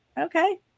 okay